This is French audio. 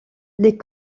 les